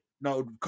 No